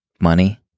Money